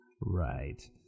Right